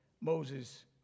Moses